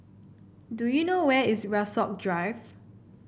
do you know where is Rasok Drive